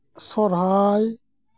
ᱥᱚᱨᱦᱟᱭ